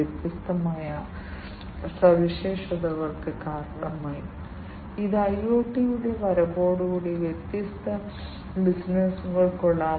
അതിനാൽ ഈ വ്യത്യസ്ത സെൻസറുകളെ ഇൻഫർമേഷൻ ബസിലേക്ക് ബന്ധിപ്പിക്കാൻ ഈ ഇന്റർഫേസിംഗ് യൂണിറ്റ് നിങ്ങളെ സഹായിക്കും